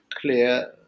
clear